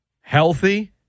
healthy